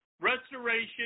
restoration